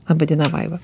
laba diena vaiva